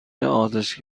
آتش